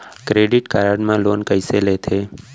Credit card मा loan कइसे लेथे?